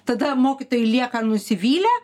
tada mokytojai lieka nusivylę